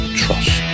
trust